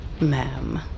ma'am